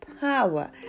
power